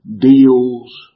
deals